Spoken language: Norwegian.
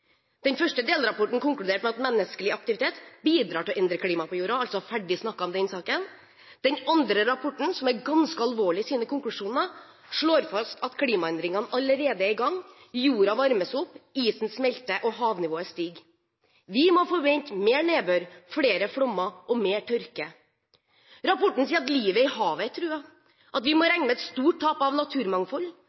Den første delrapporten konkluderte med at menneskelig aktivitet bidrar til å endre klimaet på jorda – altså ferdig snakket om den saken. Den andre rapporten, som er ganske alvorlig i sine konklusjoner, slår fast at klimaendringene allerede er i gang: jorda varmes opp, isen smelter og havnivået stiger. Vi må forvente mer nedbør, flere flommer og mer tørke. Rapporten sier at livet i havet er truet, at vi må regne med et stort tap av naturmangfold,